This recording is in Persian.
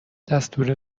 دستور